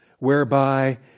whereby